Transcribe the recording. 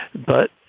but,